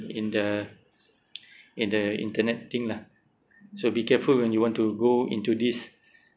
in the in the internet thing lah so be careful when you want to go into this